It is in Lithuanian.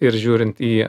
ir žiūrint į